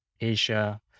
Asia